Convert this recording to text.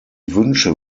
wünsche